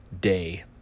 day